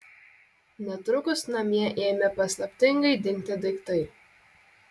netrukus namie ėmė paslaptingai dingti daiktai